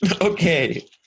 Okay